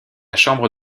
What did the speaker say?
chambre